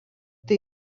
tai